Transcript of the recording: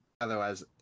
otherwise